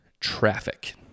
traffic